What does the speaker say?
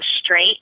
straight